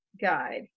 guide